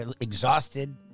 exhausted